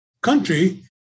country